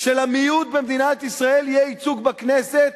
שלמיעוט במדינת ישראל יהיה ייצוג בכנסת.